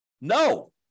No